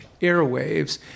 airwaves